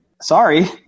sorry